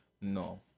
No